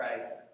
Christ